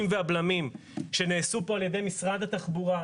והבלמים שנעשו פה על ידי משרד התחבורה,